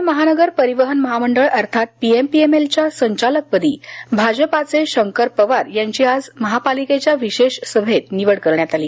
पुणे महानगर परिवहन महामंडळ अर्थात पीएमपीएमएलच्या संचालकपदी भाजपाचे शंकर पवार यांची आज महापालिकेच्या विशेष सभेत निवड करण्यात आली